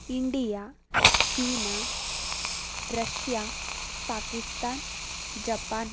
India China Russia Pakistan Japan